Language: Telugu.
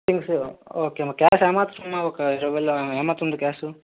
థింగ్స్ ఓకే నమ్మా క్యాష్ ఏ మాత్రం ఉందమ్మా ఒక ఇరవైలో ఏ మాత్రం ఉంది క్యాషూ